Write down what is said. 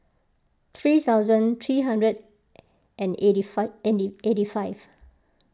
three thousand three hundred and eighty five and eighty five